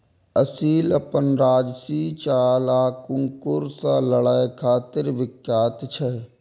असील अपन राजशी चाल आ कुकुर सं लड़ै खातिर विख्यात छै